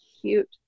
cute